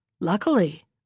Luckily